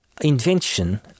invention